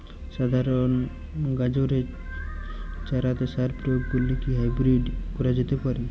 সাধারণ গাজরের চারাতে সার প্রয়োগ করে কি হাইব্রীড করা যেতে পারে?